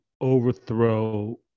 overthrow